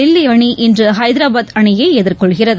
தில்லிஅணி இன்றுஹைதராபாத் அணியைஎதிர்கொள்கிறது